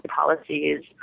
policies